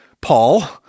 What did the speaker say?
Paul